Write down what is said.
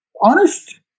honest